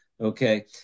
Okay